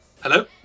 hello